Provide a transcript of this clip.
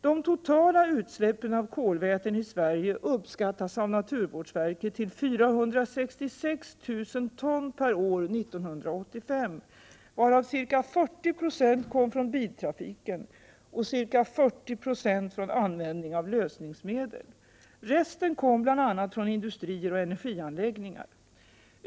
De totala utsläppen av kolväten i Sverige uppskattades av naturvårdsverket till 466 000 ton per år 1985, varav ca 40 90 kom från biltrafiken och ca 40 90 från användning av lösningsmedel. Resten kom bl.a. från industrier och energianläggningar.